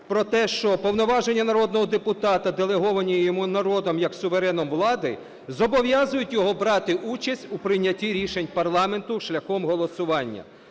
про те, що повноваження народного депутата, делеговані йому народом як сувереном влади, зобов'язують його брати участь у прийнятті рішень парламенту шляхом голосування.